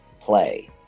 play